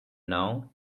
now